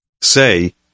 Say